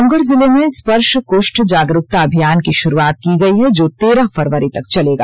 रामगढ़ जिले में स्पर्श कृष्ठ जागरूकता अभियान की शुरुआत की गई है जो तेरह फरवरी तक चलेगा